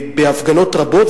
בהפגנות רבות,